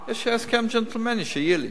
יש לי הסכם ג'נטלמני שיהיה לי.